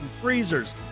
freezers